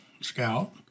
Scout